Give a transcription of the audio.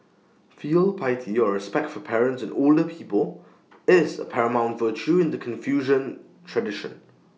filial piety or respect for parents and older people is A paramount virtue in the Confucian tradition